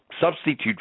substitute